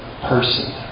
person